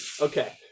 Okay